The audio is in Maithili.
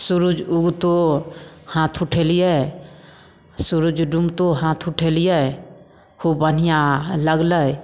सुरुज ऊगतो हाथ उठेलियै सुरुज डुमतो हाथ उठेलियै खुब बढ़िऑं लगलै